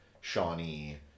Shawnee